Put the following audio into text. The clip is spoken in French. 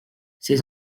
ces